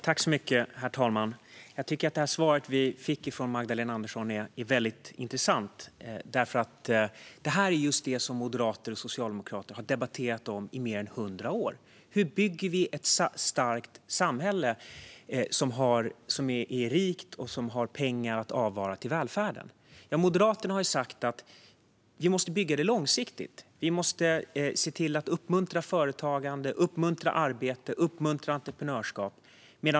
Herr talman! Jag tycker att Magdalena Anderssons svar är intressant. Den här frågan har moderater och socialdemokrater debatterat i mer än 100 år, det vill säga hur vi bygger ett starkt samhälle som är rikt och har pengar att avvara till välfärden. Moderaterna har sagt att vi måste bygga välfärden långsiktigt. Vi måste se till att uppmuntra företagande, arbete och entreprenörskap.